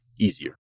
easier